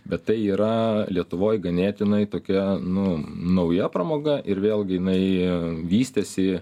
bet tai yra lietuvoj ganėtinai tokia nu nauja pramoga ir vėlgi jinai vystėsi